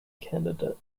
candidate